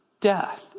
death